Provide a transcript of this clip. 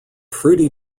fruity